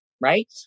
right